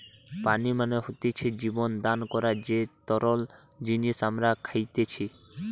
পানি মানে হতিছে জীবন দান করার যে তরল জিনিস আমরা খাইতেসি